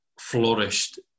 flourished